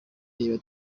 reba